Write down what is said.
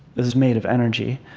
is made of energy,